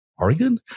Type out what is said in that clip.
Oregon